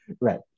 right